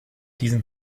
diesen